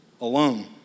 alone